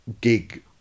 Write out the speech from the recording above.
gig